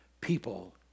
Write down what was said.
people